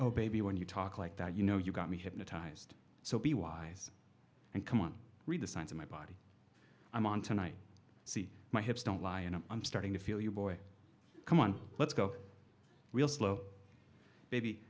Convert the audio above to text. oh baby when you talk like that you know you got me hypnotized so be wise and come on read the signs of my body i'm on tonight see my hips don't lie and i'm starting to feel you boy come on let's go real slow